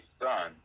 son